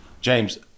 James